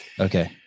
Okay